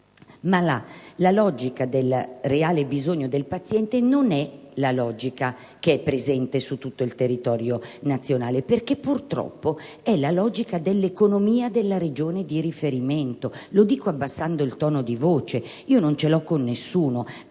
La logica del reale bisogno del paziente, però, non è presente su tutto il territorio nazionale, perché purtroppo prevale la logica dell'economia della Regione di riferimento. Lo dico abbassando il tono di voce: non ce l'ho con nessuno,